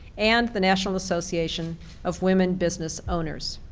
and the national association of women business owners.